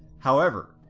however,